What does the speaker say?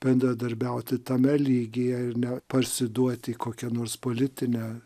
bendradarbiauti tame lygyje ir ne parsiduoti į kokią nors politinę